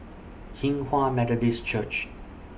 Hinghwa Methodist Church